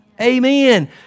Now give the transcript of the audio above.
Amen